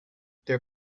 their